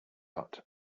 lot